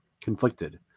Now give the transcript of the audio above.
conflicted